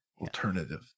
alternative